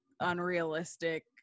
unrealistic